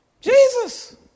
Jesus